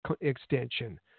extension